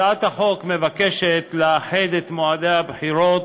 הצעת החוק מבקשת לאחד את מועדי הבחירות